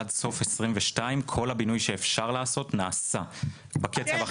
עד סוף 2022 כל הבינוי שאפשר לעשות נעשה בקצב הכי מהיר שאפשר.